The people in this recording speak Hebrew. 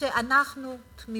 כשנותנים